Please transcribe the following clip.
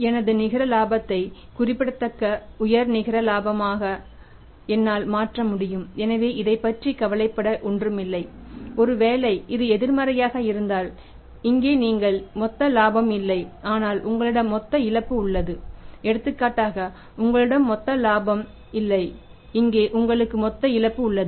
எனது நிகர லாபத்தை குறிப்பிடத்தக்க உயர் நிகர இலாபமாக என்னால் மாற்ற முடியும் எனவே இதைப் பற்றி கவலைப்பட ஒன்றுமில்லை ஒருவேளை இது எதிர்மறையாக இருந்தால் இங்கே நீங்கள் மொத்த லாபம் இல்லை ஆனால் உங்களிடம் மொத்த இழப்பு உள்ளது எடுத்துக்காட்டாக உங்களிடம் மொத்த லாபம் இல்லை இங்கே உங்களுக்கு மொத்த இழப்பு உள்ளது